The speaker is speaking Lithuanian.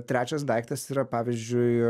trečias daiktas yra pavyzdžiui